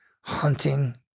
hunting